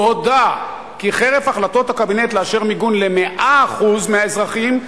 הוא הודה כי חרף החלטות הקבינט לאשר מיגון ל-100% האזרחים,